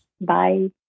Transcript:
Bye